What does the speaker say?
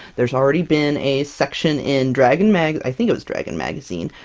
there's already been a section in dragon mag i think it was dragon magazine,